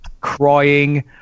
crying